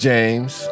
James